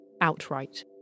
outright